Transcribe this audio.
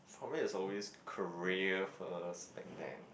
for me it's always career first back then